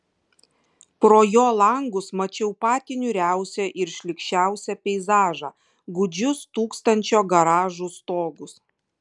pro jo langus mačiau patį niūriausią ir šlykščiausią peizažą gūdžius tūkstančio garažų stogus